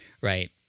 Right